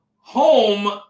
home